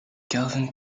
calvin